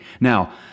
Now